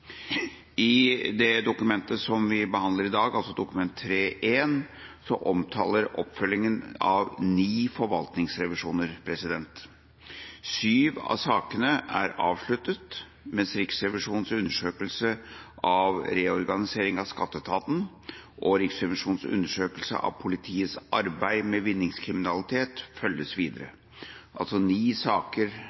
disse spørsmålene. Dokumentet vi behandler i dag, altså Dokument 3:1 for 2015–2016, omtaler oppfølginga av ni forvaltningsrevisjoner. Syv av sakene er avsluttet, mens Riksrevisjonens undersøkelse av reorganiseringa av skatteetaten og Riksrevisjonens undersøkelse av politiets arbeid med vinningskriminalitet følges videre. Man kan altså si at syv saker